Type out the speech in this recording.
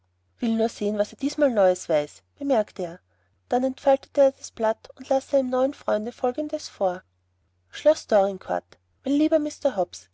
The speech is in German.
will nur sehen was er diesmal neues weiß bemerkte er dann entfaltete er das blatt und las seinem neuen freunde folgendes vor schloß dorincourt mein lieber mr hobbs